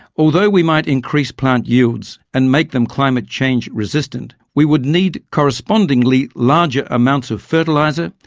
although we might increase plant yields and make them climate change resistant, we would need correspondingly larger amounts of fertiliser,